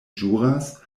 ĵuras